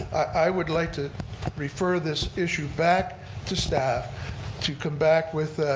i would like to refer this issue back to staff to come back with